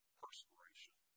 perspiration